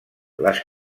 les